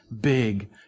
big